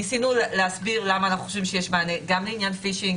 ניסינו להסביר למה אנחנו חושבים שיש מענה גם לעניין פישינג,